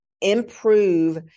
improve